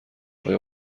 آیا